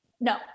No